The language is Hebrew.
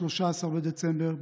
13 בדצמבר,